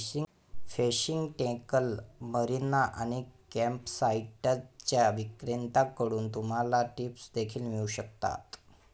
fishing tackle, marina आणि कॅम्पसाइट्सच्या विक्रेत्यांकडून तुम्हाला टिप्स देखील मिळू शकतात